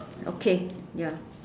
okay ya